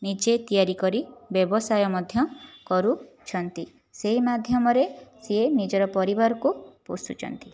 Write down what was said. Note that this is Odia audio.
ନିଜେ ତିଆରି କରି ବ୍ୟବସାୟ ମଧ୍ୟ କରୁଛନ୍ତି ସେଇ ମାଧ୍ୟମରେ ସିଏ ନିଜର ପରିବାରକୁ ପୋଷୁଛନ୍ତି